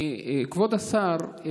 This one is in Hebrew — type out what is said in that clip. כבוד השר,